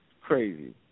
Crazy